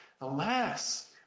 Alas